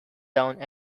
down